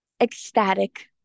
ecstatic